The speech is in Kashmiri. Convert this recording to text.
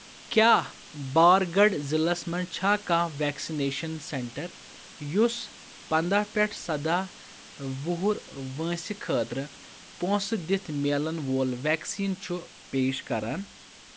کیٛاہ بارگَڑھ ضلعس مَنٛز چھا کانٛہہ ویکسِنیشن سینٹر یُس پَنٛداہ پٮ۪ٹھ سَداہ وُہُر وٲنٛسہِ خٲطرٕ پونٛسہٕ دِتھ مِلن وول ویکسیٖن چھُ پیش کران